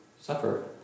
suffer